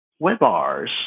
Webars